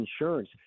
insurance